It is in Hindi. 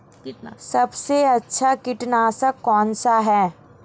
सबसे अच्छा कीटनाशक कौनसा है?